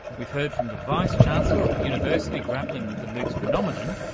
we've heard from the vice chancellor of a university grappling with the moocs phenomenon,